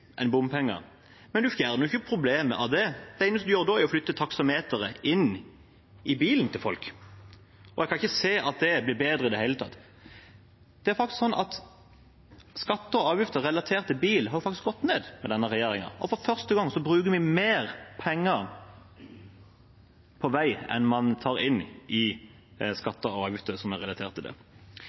enn bompenger. Men en fjerner jo ikke problemet for det. Det eneste en gjør da, er å flytte taksameteret inn i bilen til folk, og jeg kan ikke se at det blir bedre i det hele tatt. Det er faktisk slik at skatter og avgifter relatert til bil har gått ned med denne regjeringen, og for første gang bruker vi mer penger på vei enn man tar inn i skatter og avgifter som er relatert til